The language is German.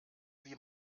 wie